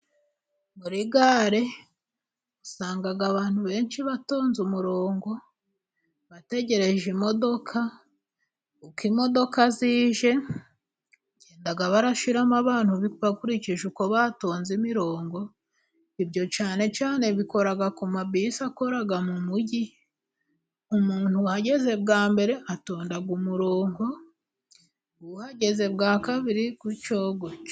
Muri gare usanga abantu benshi batonze umurongo bategereje imodoka, uko imodoka zije bagenda bashyiramo abantu, bakurikije uko batonze imirongo ibyo cyane cyane babikora ku mabisi akora mu mugi, umuntu uhageze bwa mbere atonda umurongo uhageze bwa kabiri gutyo gutyo.